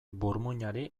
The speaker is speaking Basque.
burmuinari